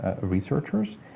researchers